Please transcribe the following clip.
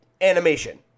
animation